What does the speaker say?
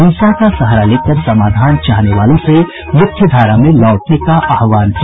हिंसा का सहारा लेकर समाधान चाहने वालों से मुख्यधारा में लौटने का आह्वान किया